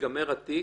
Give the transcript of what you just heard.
ייגמר התיק,